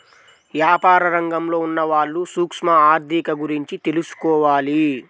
యాపార రంగంలో ఉన్నవాళ్ళు సూక్ష్మ ఆర్ధిక గురించి తెలుసుకోవాలి